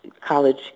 College